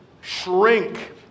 shrink